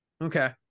Okay